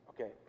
Okay